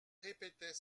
répétait